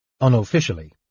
Unofficially